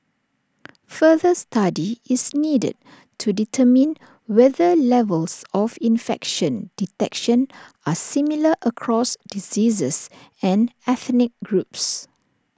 further study is needed to determine whether levels of infection detection are similar across diseases and ethnic groups